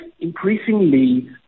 increasingly